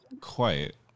Quiet